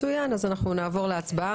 מצוין, אז אנחנו נעבור להצבעה.